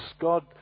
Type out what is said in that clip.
God